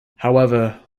however